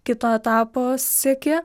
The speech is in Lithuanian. kito etapo sieki